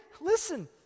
listen